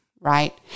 right